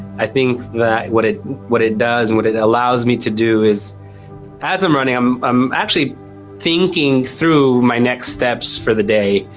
i think that what it what it does, and what it allows me to do is as i'm running, i'm i'm actually thinking through my next steps for the day.